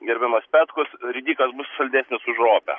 gerbiamas petkus ridikas bus saldesnis už ropę